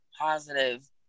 positive